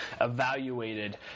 evaluated